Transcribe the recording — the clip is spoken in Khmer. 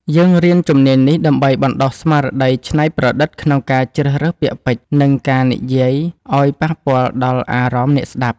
យើងរៀនជំនាញនេះដើម្បីបណ្ដុះស្មារតីច្នៃប្រឌិតក្នុងការជ្រើសរើសពាក្យពេចន៍ និងការនិយាយ ឱ្យប៉ះពាល់ដល់អារម្មណ៍អ្នកស្ដាប់។